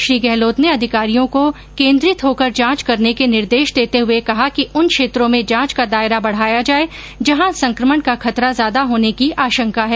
श्री गहलोत ने अधिकारियों को केन्द्रित होकर जांच करने के निर्देश देते हुए कहा कि उन क्षेत्रों में जांच का दायरा बढ़ाया जाये जहां संक्रमण का खतरा ज्यादा होने की आशंका है